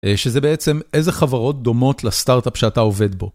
אה, שזה בעצם איזה חברות דומות לסטארט-אפ שאתה עובד בו.